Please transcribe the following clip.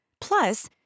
Plus